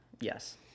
Yes